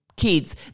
kids